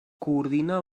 coordina